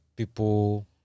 People